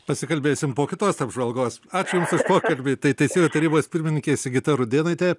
pasikalbėsim po kitos apžvalgos ačiū jums už pokalbį tai teisėjų tarybos pirmininkė sigita rudėnaitė